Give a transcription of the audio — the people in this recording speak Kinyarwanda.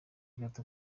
gato